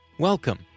Welcome